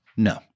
No